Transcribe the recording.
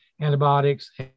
antibiotics